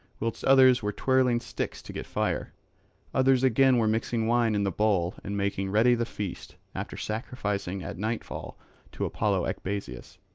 whilst others were twirling sticks to get fire others again were mixing wine in the bowl and making ready the feast, after sacrificing at nightfall to apollo ecbasius.